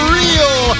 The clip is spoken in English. real